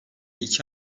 iki